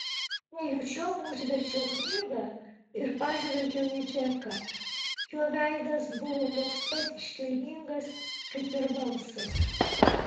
nejučiom užverčiau knygą ir pažvelgiau į džeką jo veidas buvo toks pat iškilmingas kaip ir balsas